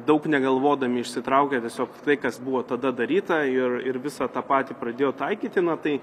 daug negalvodami išsitraukė tiesiog tai kas buvo tada daryta ir ir visą tą patį pradėjo taikyti na tai